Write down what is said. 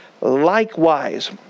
Likewise